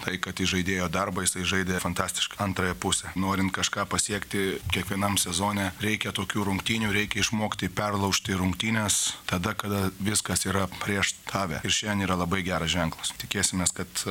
tai kad įžaidėjo darbą jisai žaidė fantastiškai antrąją pusę norint kažką pasiekti kiekvienam sezone reikia tokių rungtynių reikia išmokti perlaužti rungtynes tada kada viskas yra prieš tave ir šiandien yra labai geras ženklas tikėsimės kad